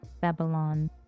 Babylon